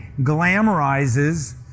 glamorizes